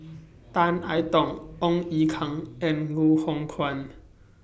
Tan I Tong Ong Ye Kung and Loh Hoong Kwan